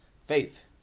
Faith